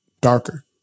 darker